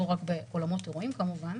לא רק באולמות אירועים כמובן,